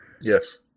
Yes